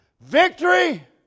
Victory